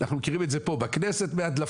אנחנו מכירים את זה פה בכנסת מהדלפות,